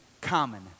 common